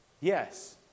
Yes